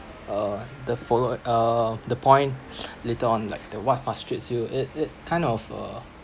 uh the followed uh the point later on like the what frustrates you it it kind of uh